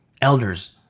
elders